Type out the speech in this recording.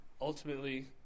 ultimately